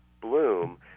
bloom